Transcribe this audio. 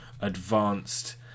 advanced